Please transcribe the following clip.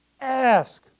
Ask